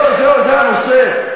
זה הנושא?